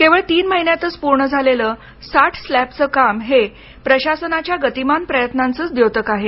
केवळ तीन महिन्यातच पूर्ण झालेलं साठ स्लॅबचं काम हे प्रशासनाच्या गतीमान प्रयत्नाचंच द्योतक आहे